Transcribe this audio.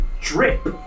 drip